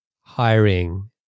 hiring